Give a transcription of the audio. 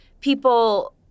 people